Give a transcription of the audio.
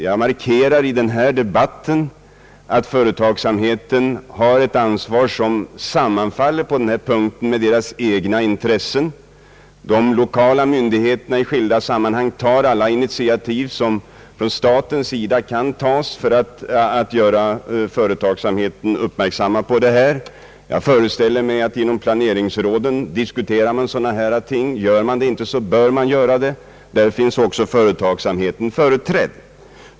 Jag markerar i denna debatt att företagsamheten har ett ansvar som på denna punkt sammanfaller med dess egna intressen. De lokala myndigheterna tar i skilda sammanhang alla initiativ som kan tas från statens sida för att göra företagsamheten uppmärksam på detta ansvar. Jag föreställer mig att man diskuterar dessa ting inom planeringsråden, där företagsamheten också finns företrädd. Gör man det inte, så bör man göra det.